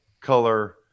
color